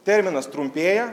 terminas trumpėja